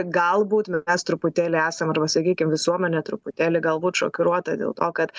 galbūt mes truputėlį esam arba sakykim visuomenė truputėlį galbūt šokiruota dėl to kad